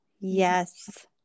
Yes